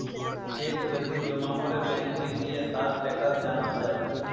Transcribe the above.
check যদি জমা করে ব্যাংকে গিয়ে তার স্টেটাস জানা যায়